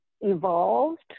evolved